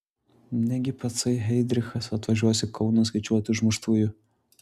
negi patsai heidrichas atvažiuos į kauną skaičiuoti užmuštųjų